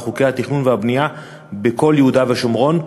חוקי התכנון והבנייה בכל יהודה ושומרון,